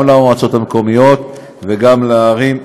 גם למועצות המקומיות וגם לערים.